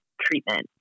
treatment